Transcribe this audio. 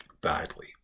badly